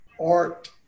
art